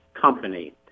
company